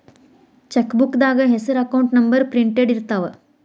ಚೆಕ್ಬೂಕ್ದಾಗ ಹೆಸರ account number printed ಇರ್ತಾವ